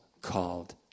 called